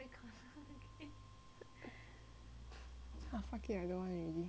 fuck it I don't want already